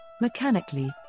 mechanically